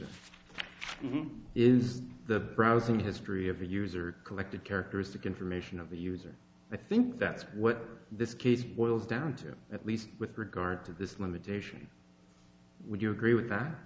user is the browsing history of the user collected characteristic information of the user the think that what this kid will down to at least with regard to this limitation would you agree with that